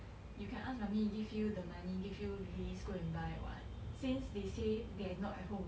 you can ask mummy to give you the money give you list go and buy what since they say that they are not at home